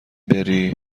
بری